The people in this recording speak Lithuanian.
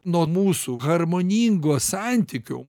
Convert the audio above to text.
nuo mūsų harmoningo santykio